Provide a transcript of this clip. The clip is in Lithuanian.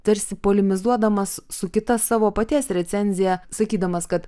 tarsi polemizuodamas su kita savo paties recenzija sakydamas kad